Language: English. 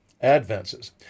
Advances